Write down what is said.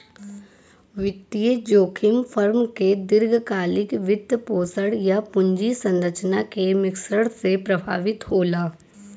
वित्तीय जोखिम फर्म के दीर्घकालिक वित्तपोषण, या पूंजी संरचना के मिश्रण से प्रभावित होला